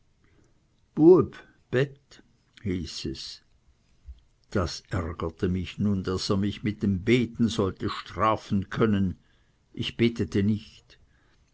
hieß es das ärgerte mich nun daß er mich mit dem beten sollte strafen können ich betete nicht